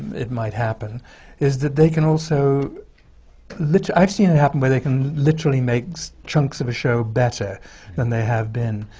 it might happen is that they can also liter i've seen it happen where they can literally make chunks of a show better than they have been.